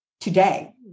today